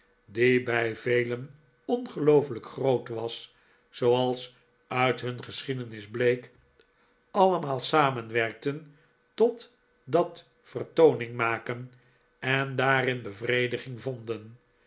bij velen ongeloofelijk groot was zooals uit hun geschiedenis bleek allemaal samenwerkten tot dat vertooningmaken en daarin bevrediging vonden